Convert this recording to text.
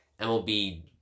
MLB